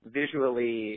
visually